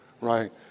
right